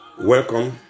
Welcome